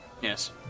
Yes